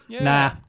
Nah